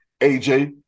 AJ